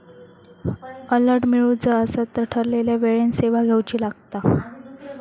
alert मिळवुचा असात तर ठरवलेल्या वेळेन सेवा घेउची लागात